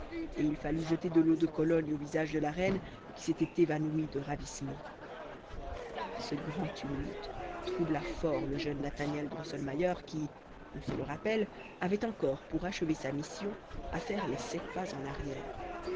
et il fallut jeter de l'eau de cologne au visage de la reine qui s'était évanouie de ravissement ce grand tumulte troubla fort le jeune nathaniel drosselmayer qui on se le rappelle avait encore pour achever sa mission à faire les sept pas en arrière